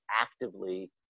actively